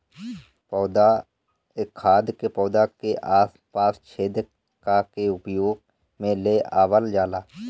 खाद के पौधा के आस पास छेद क के उपयोग में ले आवल जाला